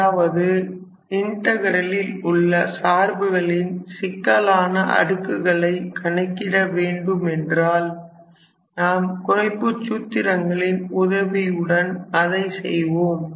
அதாவது இன்டகிரலில் உள்ள சார்புகளின் சிக்கலான அடுக்குகளை கணக்கிட வேண்டும் என்றால் நாம் குறைப்புச் சூத்திரங்களின் உதவியுடன் அதை செய்வோம்